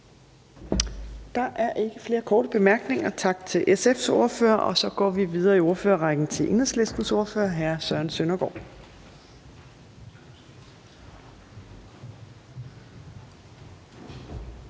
Der er ikke flere korte bemærkninger. Tak til SF's ordfører, og så går vi videre i ordførerrækken til Enhedslistens ordfører, hr. Søren Søndergaard.